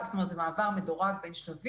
זה רבע מילדי הוד השרון בגילאי 3 עד